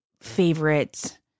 favorite